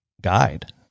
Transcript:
guide